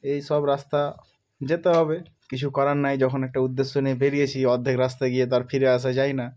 এই সব রাস্তা যেতে হবে কিছু করার নেই যখন একটা উদ্দেশ্য নিয়ে বেরিয়েছি অর্ধেক রাস্তা গিয়ে তো আর ফিরে আসা যায় না